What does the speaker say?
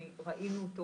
ראינו אותו